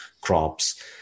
crops